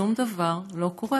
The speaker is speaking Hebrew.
שום דבר לא קורה.